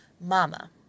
mama